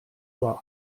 nur